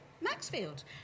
Maxfield